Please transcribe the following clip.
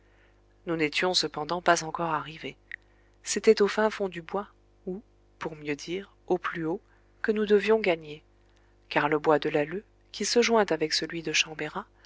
nous n'étions cependant pas encore arrivés c'était au fin fond du bois ou pour mieux dire au plus haut que nous devions gagner car le bois de l'alleu qui se joint avec celui de chambérat